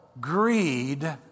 greed